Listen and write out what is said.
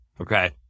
Okay